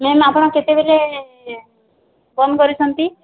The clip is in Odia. ମ୍ୟାମ୍ ଆପଣ୍ କେତେବେଲେ ବନ୍ଦ୍ କରୁଛନ୍ତି